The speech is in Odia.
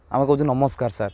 ଆମ କହୁଛୁ ନମସ୍କାର ସାର୍